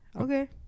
Okay